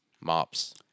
mops